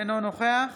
אינו נוכח